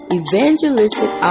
evangelistic